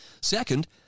Second